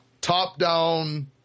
top-down